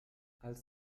als